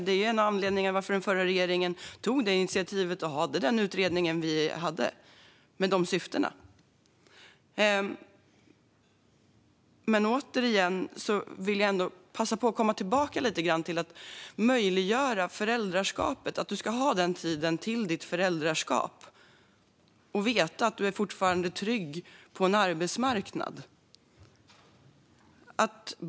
Detta är ju en av anledningarna till att den förra regeringen tog initiativ till utredningen. Jag vill återkomma till det här med att möjliggöra föräldraskapet. Man ska ha tiden till sitt föräldraskap och veta att man är trygg på arbetsmarknaden.